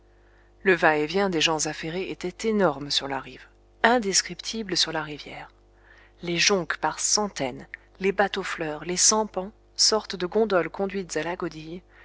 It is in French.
le va-et-vient des gens affairés était énorme sur la rive indescriptible sur la rivière les jonques par centaines les bateaux fleurs les sampans sortes de gondoles conduites à